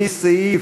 מסעיף,